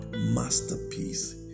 masterpiece